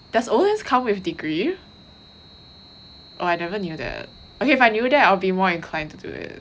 does OLens come with degree oh I never knew that okay if I knew that I'll be more inclined to do it